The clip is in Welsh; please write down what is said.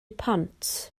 pont